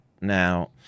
now